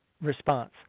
response